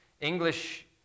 English